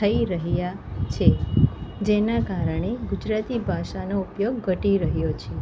થઈ રહ્યાં છે જેનાં કારણે ગુજરાતી ભાષાનો ઉપયોગ ઘટી રહ્યો છે